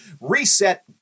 reset